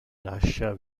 lascia